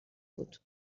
بود